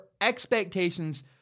expectations